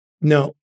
No